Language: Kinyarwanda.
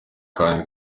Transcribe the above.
kandi